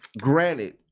Granted